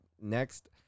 next